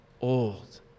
old